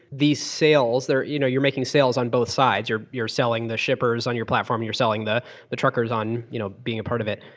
these sales, you know you're making sales on both sides. you're you're selling the shippers on your platform. you're selling the the truckers on you know being a part of it,